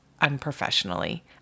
unprofessionally